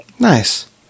nice